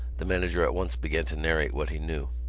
the manager at once began to narrate what he knew.